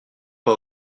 pas